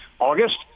August